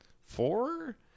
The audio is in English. four